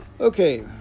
Okay